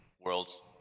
Worlds